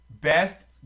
Best